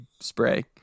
spray